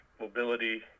mobility